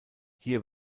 hier